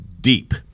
deep